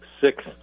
six